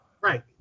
Right